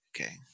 okay